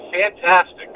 Fantastic